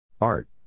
Art